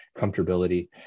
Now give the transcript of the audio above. comfortability